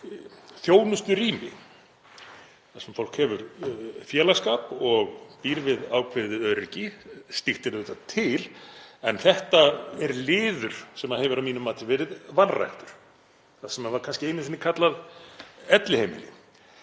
þjónusturými þar sem fólk hefur félagsskap og býr við ákveðið öryggi. Slíkt er auðvitað til, en þetta er liður sem hefur að mínu mati verið vanræktur, það sem var kannski einu sinni kallað elliheimili.